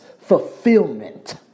Fulfillment